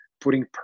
putting